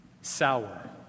sour